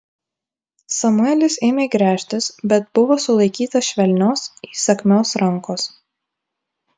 samuelis ėmė gręžtis bet buvo sulaikytas švelnios įsakmios rankos